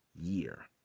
year